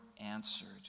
answered